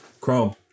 Chrome